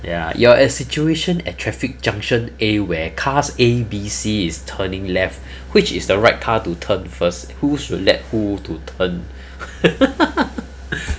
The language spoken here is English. ya ya you're at situation at traffic junction A where cars A B C is turning left which is the right car to turn first who should let who to turn